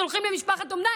שולחים למשפחת אומנה,